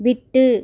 விட்டு